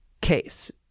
case